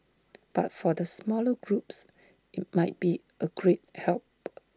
but for the smaller groups IT might be A great help